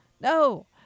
no